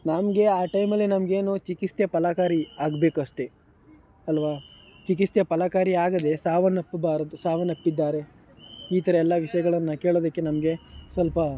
ನಮಗೆ ಆ ಟೈಮಲ್ಲಿ ನಮಗೇನು ಚಿಕಿತ್ಸೆ ಫಲಕಾರಿ ಆಗಬೇಕು ಅಷ್ಟೇ ಅಲ್ವ ಚಿಕಿತ್ಸೆ ಫಲಕಾರಿಯಾಗದೇ ಸಾವನ್ನಪ್ಪಬಾರದು ಸಾವನಪ್ಪಿದ್ದಾರೆ ಈ ಥರಯೆಲ್ಲ ವಿಷಯಗಳನ್ನು ಕೇಳೋದಕ್ಕೆ ನಮಗೆ ಸ್ವಲ್ಪ